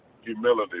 Humility